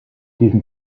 diesem